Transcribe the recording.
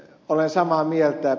olen samaa mieltä